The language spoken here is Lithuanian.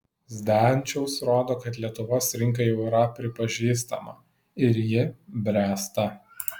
zdančiaus rodo kad lietuvos rinka jau yra pripažįstama ir ji bręsta